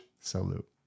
Salute